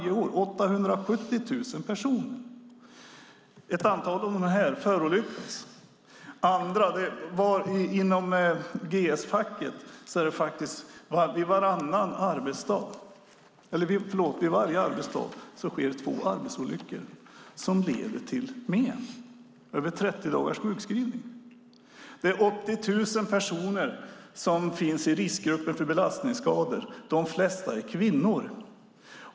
Ett antal av dem förolyckas. Inom GS-facket sker varje arbetsdag två arbetsolyckor som medför men och mer än 30 dagars sjukskrivning. 80 000 personer finns i riskgruppen för belastningsskador - de flesta är kvinnor.